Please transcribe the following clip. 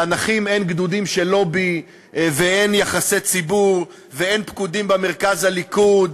לנכים אין גדודים של לובי ואין יחסי ציבור ואין פקודים במרכז הליכוד,